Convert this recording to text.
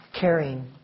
caring